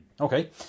Okay